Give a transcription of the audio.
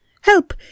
Help